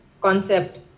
concept